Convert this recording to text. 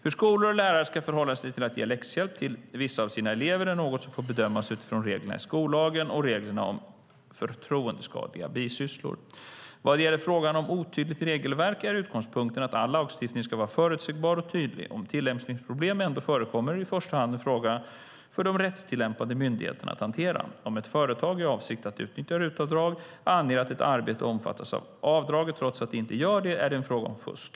Hur skolor och lärare ska förhålla sig till att ge läxhjälp till vissa av sina elever är något som får bedömas utifrån reglerna i skollagen och reglerna om förtroendeskadliga bisysslor. Vad gäller frågan om otydligt regelverk är utgångspunkten att all lagstiftning ska vara förutsägbar och tydlig. Om tillämpningsproblem ändå förekommer är det i första hand en fråga för de rättstillämpande myndigheterna att hantera detta. Om ett företag, i avsikt att utnyttja RUT-avdrag, anger att ett arbete omfattas av avdraget trots att det inte gör det är det en fråga om fusk.